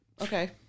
Okay